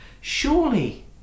Surely